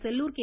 Sellur K